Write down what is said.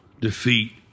defeat